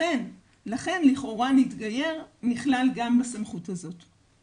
לכן, לכאורה, מתגייר נכלל גם בסמכות הזו.